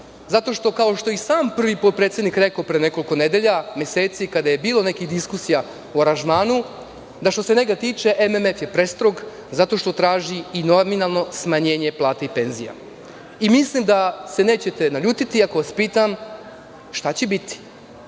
zato što kao što je i sam prvi potpredsednik rekao pre nekoliko nedelja, meseci, kada je bilo nekih diskusija o aranžmanu, da što se njega tiče MMF je prestrog zato što traži i nominalno smanjenje plata i penzija. Mislim da se nećete naljutiti ako vas pitam – šta će biti?